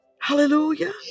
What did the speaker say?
Hallelujah